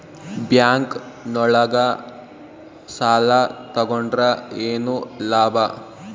Bank ನೊಳಗ ಸಾಲ ತಗೊಂಡ್ರ ಏನು ಲಾಭ?